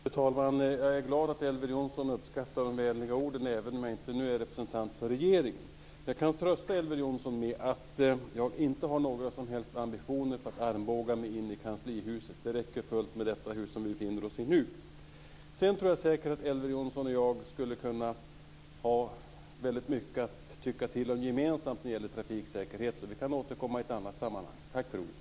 Fru talman! Jag är glad att Elver Jonsson uppskattade de vänliga orden, även om jag nu inte är representant för regeringen. Jag kan trösta Elver Jonsson med att jag inte har några som helst ambitioner att armbåga mig in i kanslihuset. Det räcker fullt väl med det hus vi befinner oss i nu. Sedan tror jag säkert att Elver Jonsson och jag skulle kunna ha väldigt mycket att tycka till om gemensamt när det gäller trafiksäkerhet. Vi kan återkomma i ett annat sammanhang. Tack för ordet!